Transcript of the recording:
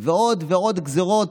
ועוד ועוד גזרות.